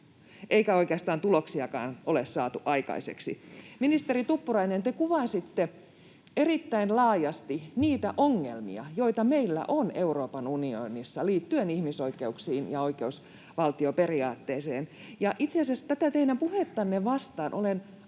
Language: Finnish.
eikä oikeastaan tuloksiakaan ole saatu aikaiseksi. Ministeri Tuppurainen, te kuvasitte erittäin laajasti niitä ongelmia, joita meillä on Euroopan unionissa liittyen ihmisoikeuksiin ja oikeusvaltioperiaatteeseen. Itse asiassa tätä teidän puhettanne ajatellen olen